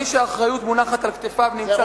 מי שהאחריות מונחת על כתפיו נמצא כאן.